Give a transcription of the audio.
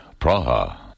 Praha